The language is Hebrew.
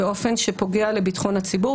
באופן שפוגע בביטחון הציבור.